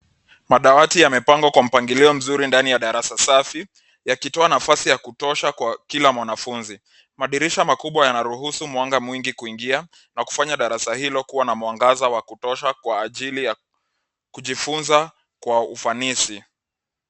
Madawati yamepangwa kwa mpangilio mzuri ndani ya darasa safi yakitoa nafasi ya kutosha kwa kila mwanafunzi. Madirisha makubwa yanaruhusu mwanga mwingi kuingia na kufanya nakufanya darasa hiyo kuwa na mwangza wa kutosha kwa ajili ya kujifunza kwa ufanisi.